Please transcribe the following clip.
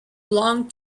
long